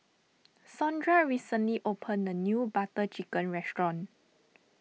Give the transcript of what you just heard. Saundra recently opened a new Butter Chicken restaurant